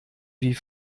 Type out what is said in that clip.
wie